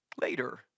later